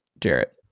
Jarrett